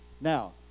now